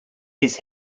his